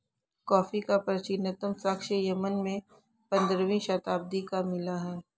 coffee का प्राचीनतम साक्ष्य यमन में पंद्रहवी शताब्दी का मिला है